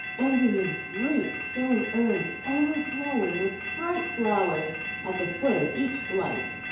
ending in great stone urns overflowing with bright flowers at the foot of each flight.